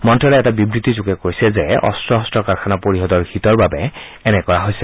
মন্ত্যালয়ে এটা বিবৃতিযোগে কৈছে যে অস্ত্ৰ শস্ত্ৰ কাৰখানা পৰিষদৰ হিতৰ বাবে এনে কৰা হৈছে